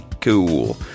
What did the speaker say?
cool